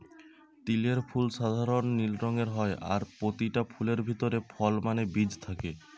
তিলের ফুল সাধারণ নীল রঙের হয় আর পোতিটা ফুলের ভিতরে ফল মানে বীজ থাকে